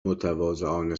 متواضعانه